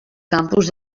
campus